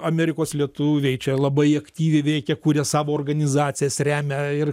amerikos lietuviai čia labai aktyviai veikia kuria savo organizacijas remia ir